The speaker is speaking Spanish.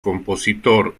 compositor